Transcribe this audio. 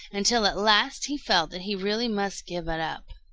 until at last he felt that he really must give it up.